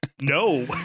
No